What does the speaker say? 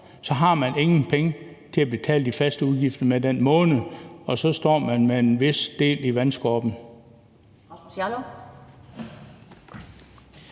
har man ingen penge til at betale de faste udgifter med i den måned – og så står man med en vis del af kroppen